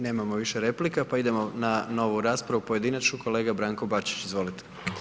Nemamo više replika, pa idemo na novu raspravu, pojedinačnu, kolega Branko Bačić, izvolite.